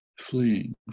fleeing